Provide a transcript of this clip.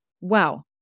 Wow